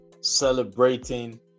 Celebrating